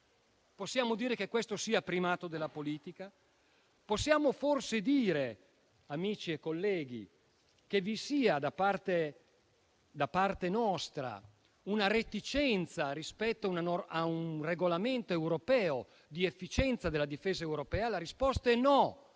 Possiamo dire che questo sia il primato della politica? Possiamo forse dire, amici e colleghi, che vi sia da parte nostra una reticenza rispetto a un regolamento europeo di efficienza della difesa europea? La risposta è no.